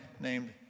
named